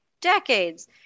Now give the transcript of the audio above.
decades